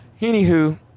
Anywho